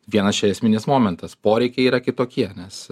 vienas čia esminis momentas poreikiai yra kitokie nes